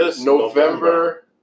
November